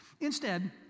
Instead